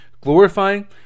glorifying